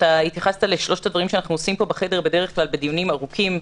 התייחסת לשלושת הדברים שאנחנו עושים פה בחדר בדרך כלל בדיונים ארוכים,